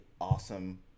awesome